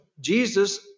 Jesus